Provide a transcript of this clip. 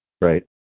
Right